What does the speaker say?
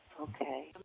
Okay